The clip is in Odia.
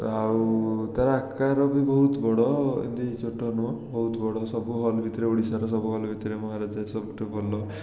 ଆଉ ତା' ଆକାର ବି ବହୁତ ବଡ଼ ଏମିତି ଛୋଟ ନୁହଁ ବହୁତ ବଡ଼ ସବୁ ହଲ୍ ଭିତରେ ଓଡ଼ିଶା ସବୁ ହଲ୍ ଭିତରେ ମହାରାଜା ସବୁଠୁ ଭଲ